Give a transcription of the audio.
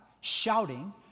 shouting